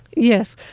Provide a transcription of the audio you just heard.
yes.